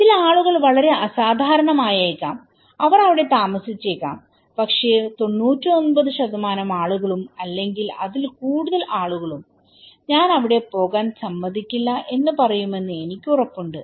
ചില ആളുകൾ വളരെ അസാധാരണമായേക്കാം അവർ അവിടെ താമസിച്ചേക്കാം പക്ഷേ 99 ആളുകളും അല്ലെങ്കിൽ അതിലും കൂടുതൽ ആളുകളും ഞാൻ അവിടെ പോകാൻ സമ്മതിക്കില്ല എന്ന് പറയുമെന്ന് എനിക്ക് ഉറപ്പുണ്ട്